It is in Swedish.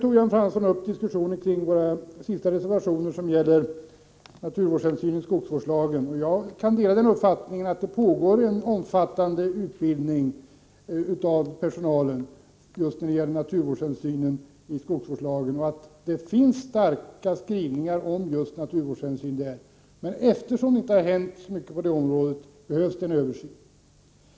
Vidare berörde Jan Fransson våra reservationer som gäller skogsbrukets hänsyn till naturvården. Jag håller med honom när han säger att det pågår en omfattande utbildning av personalen just när det gäller naturvårdshänsynen i skogsvårdslagen och att det finns starka skrivningar i det avseendet. Men eftersom det inte hänt särskilt mycket på det här området, behövs det en översyn.